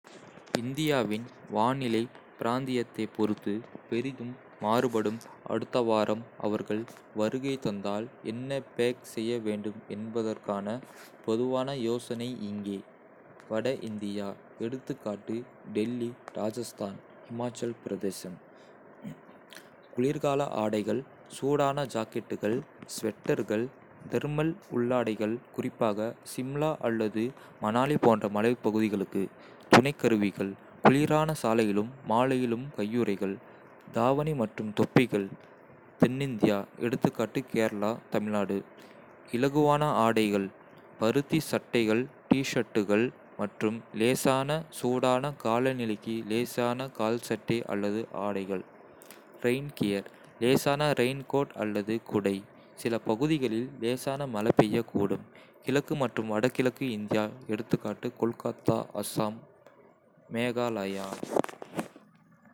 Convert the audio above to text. இந்தியாவின் வானிலை பிராந்தியத்தைப் பொறுத்து பெரிதும் மாறுபடும். அடுத்த வாரம் அவர்கள் வருகை தந்தால் என்ன பேக் செய்ய வேண்டும் என்பதற்கான பொதுவான யோசனை இங்கே: வட இந்தியா எ.கா டெல்லி, ராஜஸ்தான், இமாச்சல பிரதேசம். குளிர்கால ஆடைகள்: சூடான ஜாக்கெட்டுகள், ஸ்வெட்டர்கள், தெர்மல் உள்ளாடைகள் குறிப்பாக சிம்லா அல்லது மணாலி போன்ற மலைப்பகுதிகளுக்கு. துணைக்கருவிகள்: குளிரான காலையிலும் மாலையிலும் கையுறைகள், தாவணி மற்றும் தொப்பிகள். தென்னிந்தியா எ.கா., கேரளா, தமிழ்நாடு. இலகுவான ஆடைகள்: பருத்தி சட்டைகள், டி-சர்ட்டுகள் மற்றும் லேசான, சூடான காலநிலைக்கு லேசான கால்சட்டை அல்லது ஆடைகள். ரெயின் கியர் லேசான ரெயின்கோட் அல்லது குடை, சில பகுதிகளில் லேசான மழை பெய்யக்கூடும். கிழக்கு மற்றும் வடகிழக்கு இந்தியா எ.கா., கொல்கத்தா, அசாம், மேகாலயா.